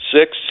six